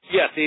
Yes